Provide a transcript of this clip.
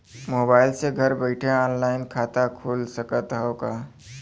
Mobile से घर बैठे ऑनलाइन खाता खुल सकत हव का?